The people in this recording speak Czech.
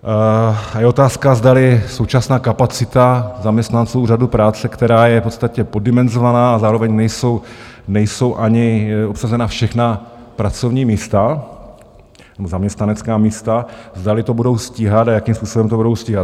A je otázka, zdali současná kapacita zaměstnanců úřadu práce, která je v podstatě poddimenzovaná, a zároveň nejsou ani obsazena všechna pracovní místa nebo zaměstnanecká místa, zdali to budou stíhat a jakým způsobem to budou stíhat.